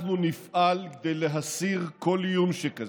אנחנו נפעל כדי להסיר כל איום שכזה.